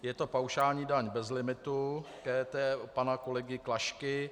Je to paušální daň bez limitu pana kolegy Klašky.